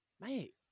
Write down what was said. mate